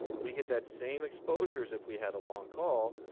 we get that same exposure as if we had a long call,